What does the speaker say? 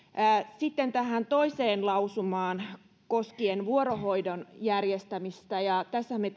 sitten tähän toiseen lausumaan koskien vuorohoidon järjestämistä tässähän me